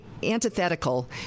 Antithetical